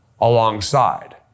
alongside